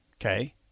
Okay